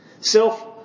Self